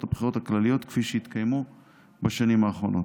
הבחירות הכלליות שהתקיימו בשנים האחרונות.